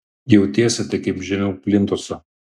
jautiesi tai kaip žemiau plintuso